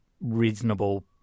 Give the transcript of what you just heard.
reasonable